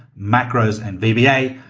macros and vba,